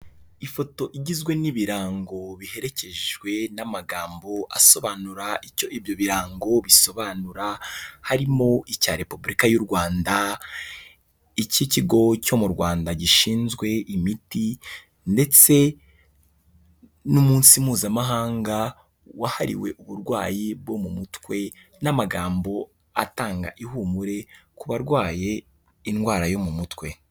Ifoto igizwe n'ibirango biherekejwe n'amagambo asobanura icyo ibyo birango bisobanura harimo icya repubulika y'u Rwanda icy'ikigo cyo mu Rwanda gishinzwe imiti ndetse n'umunsi mpuzamahanga wahariwe uburwayi bwo mu mutwe n'amagambo atanga ihumure ku barwaye indwara yo mu mutwe.